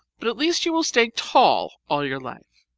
but at least you will stay tall all your life!